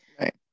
right